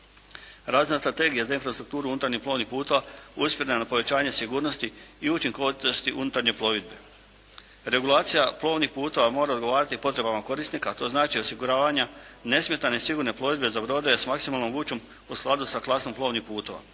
Razina strategije za infrastrukturu unutarnjih plovnih putova usmjerena je na povećanje sigurnosti i učinkovitosti unutarnje plovidbe. Regulacija plovnih putova mora odgovarati potrebama korisnika, a to znači osiguravanja nesmetane sigurne plovidbe za brodove s maksimalnom vučom u skladu sa klasom plovnih putova.